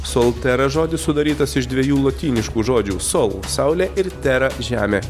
soltera žodis sudarytas iš dviejų lotyniškų žodžių sol saulė ir tera žemė